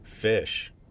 Fish